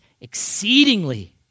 exceedingly